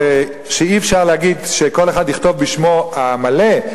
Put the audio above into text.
אי-אפשר להגיד שכל אחד יכתוב בשמו המלא,